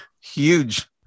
huge